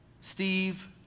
Steve